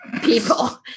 people